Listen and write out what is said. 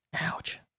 Ouch